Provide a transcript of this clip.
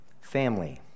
Family